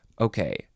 Okay